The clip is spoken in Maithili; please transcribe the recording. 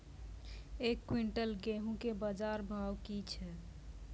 एक क्विंटल गेहूँ के बाजार भाव की छ?